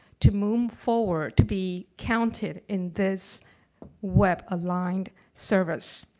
to move forward to be counted in this web aligned servers?